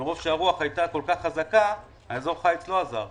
מרוב שהרוח הייתה כל כך חזקה, אזור החיץ לא עזר.